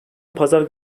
pazar